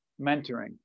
Mentoring